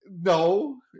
No